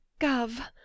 gov